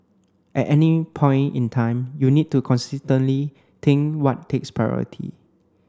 at any point in time you need to constantly think what takes priority